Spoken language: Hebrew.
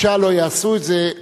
95% לא יעשו את זה,